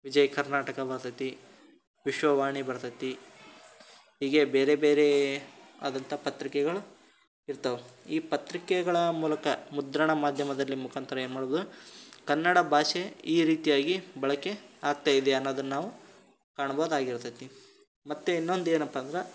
ವಿಜಯ ಕರ್ನಾಟಕ ಬರ್ತದೆ ವಿಶ್ವವಾಣಿ ಬರ್ತದೆ ಹೀಗೆ ಬೇರೆ ಬೇರೇ ಆದಂಥ ಪತ್ರಿಕೆಗಳು ಇರ್ತವೆ ಈ ಪತ್ರಿಕೆಗಳ ಮೂಲಕ ಮುದ್ರಣ ಮಾಧ್ಯಮದಲ್ಲಿ ಮುಖಾಂತ್ರ ಏನು ಮಾಡ್ಬೋದು ಕನ್ನಡ ಭಾಷೆ ಈ ರೀತಿಯಾಗಿ ಬಳಕೆ ಆಗ್ತಾಯಿದೆ ಅನ್ನೋದನ್ನು ನಾವು ಕಾಣ್ಬೋದಾಗಿರ್ತದೆ ಮತ್ತೆ ಇನ್ನೊಂದು ಏನಪ್ಪ ಅಂದ್ರೆ